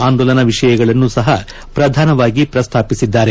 ಆಂದೋಲನ ವಿಷಯಗಳನ್ನು ಸಪ ಪ್ರಧಾನವಾಗಿ ಪ್ರಸ್ತಾಪಿಸಿದ್ದಾರೆ